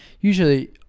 Usually